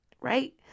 right